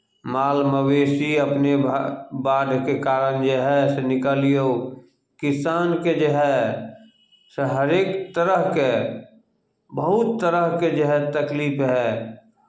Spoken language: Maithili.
माल मवेशी अपने भा बाढ़िके कारण जे हए से निकालियौ किसानके जे हए से हरेक तरहके बहुत तरहके जे हए तकलीफ हए